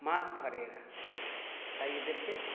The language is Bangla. মাছ ধরে এরা তাই এদেরকে